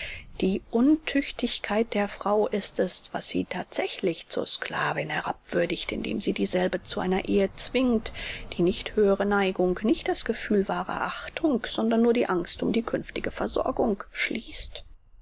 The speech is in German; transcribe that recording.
die untüchtigkeit der frau ist es was sie thatsächlich zur sklavin herabwürdigt indem sie dieselbe zu einer ehe zwingt die nicht höhere neigung nicht das gefühl wahrer achtung sondern nur die angst um die künftige versorgung schließt